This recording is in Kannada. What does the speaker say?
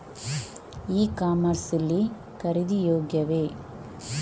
ಇ ಕಾಮರ್ಸ್ ಲ್ಲಿ ಖರೀದಿ ಯೋಗ್ಯವೇ?